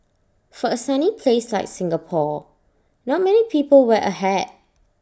for A sunny place like Singapore not many people wear A hat